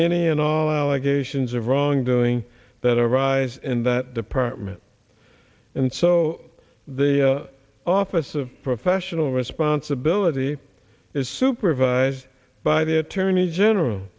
any and all allegations of wrongdoing that arise in that department and so the office of professional responsibility is supervised by the attorney general